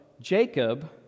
Jacob